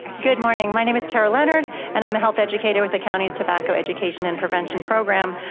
good morning, my name is tara leonard and i'm a health educator with the county's tobacco education and prevention program.